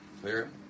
Clear